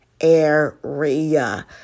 area